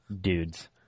Dudes